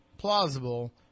plausible